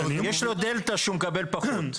יש לו דלתא שהוא מקבל פחות.